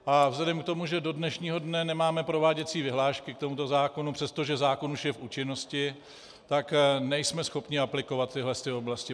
A vzhledem k tomu, že do dnešního dne nemáme prováděcí vyhlášku k tomuto zákonu, přestože zákon už je v účinnosti, tak nejsme schopni aplikovat tyto oblasti.